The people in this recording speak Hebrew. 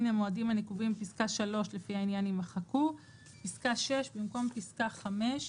המועדים הנקובים בפסקה (3) לפי העניין" יימחקו; (6)במקום פסקה (5)